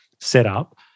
setup